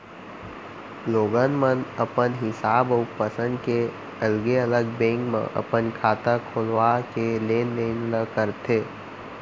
लोगन मन अपन हिसाब अउ पंसद के अलगे अलग बेंक म अपन खाता खोलवा के लेन देन ल करथे